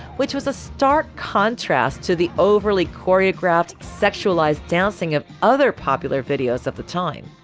which was a stark contrast to the overly choreographed, sexualized dancing of other popular videos of the time.